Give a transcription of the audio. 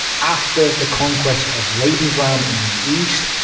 after the conquest of lebensraum in the east,